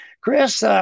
Chris